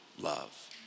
love